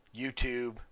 YouTube